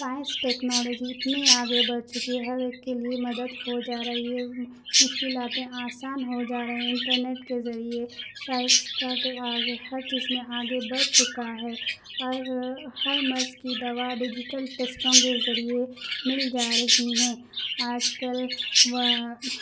science technology اتنی آگے بڑھ چکی ہے ہر ایک کے لیے مدد ہو جا رہی ہے مشکلات آسان ہو جا رہیں انٹرنیٹ کے ذریعے سائنس کاٹے آگے ہر چیز میں آگے بڑھ چکا ہے اور ہر مرض کی دوا ڈیجیٹل ٹیسٹوں کے ذریعے مل جا رہی ہیں آج کل